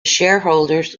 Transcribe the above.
shareholders